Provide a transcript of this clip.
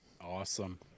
Awesome